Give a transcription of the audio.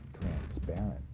transparent